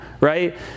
right